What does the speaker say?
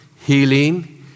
healing